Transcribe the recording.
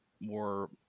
more